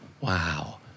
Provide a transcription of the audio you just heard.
Wow